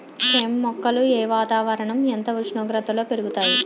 కెమ్ మొక్కలు ఏ వాతావరణం ఎంత ఉష్ణోగ్రతలో పెరుగుతాయి?